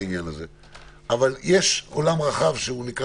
אבל יש עולם רחב שנקרא